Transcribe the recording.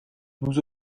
nous